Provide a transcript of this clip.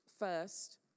First